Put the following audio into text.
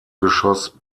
geschoss